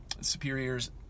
superiors